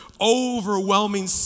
overwhelming